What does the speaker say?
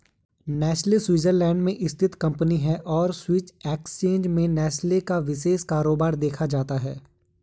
Nestle Switzerland में स्थित company है और स्विस एक्सचेंज में नेस्ले का विशेष कारोबार देखा जाता है